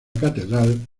catedral